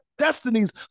destinies